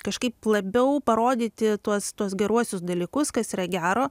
kažkaip labiau parodyti tuos tuos geruosius dalykus kas yra gero